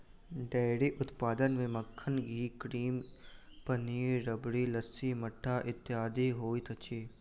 dairy उत्पाद मे मक्खन, पनीर, क्रीम, घी, राबड़ी, लस्सी, मट्ठा इत्यादि होइत अछि